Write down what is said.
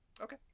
Okay